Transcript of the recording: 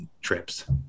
trips